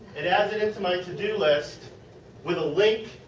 it adds it into my to-do list with a link.